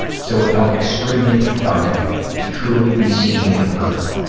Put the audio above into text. so it felt extremely cathartic to truly be seen and heard.